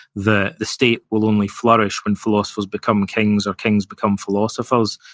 the state will only flourish when philosophers become kings, or kings become philosophers,